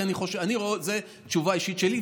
כי אני רואה את זה כתשובה אישית שלי.